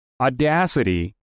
Audacity